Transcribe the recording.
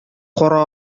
кара